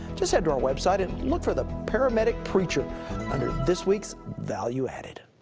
just head to our website and look for the paramedic preacher under this week's value added.